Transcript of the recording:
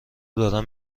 دارن